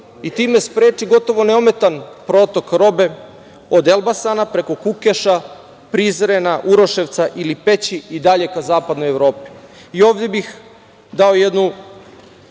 i time spreči gotovo neometan protok robe od Elbasana preko Kukeša, Prizrena, Uroševca ili Peći i dalje ka zapadnoj Evropi. Ovde bih dao jednu